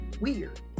weird